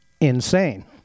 insane